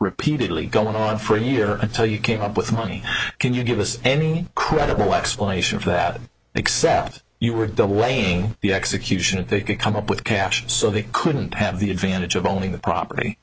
repeatedly going on for a year until you came up with money can you give us any credible explanation for that except you were saying the execution if they could come up with cash so they couldn't have the advantage of owning the property